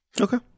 Okay